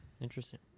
Interesting